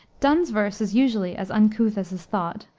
donne's verse is usually as uncouth as his thought.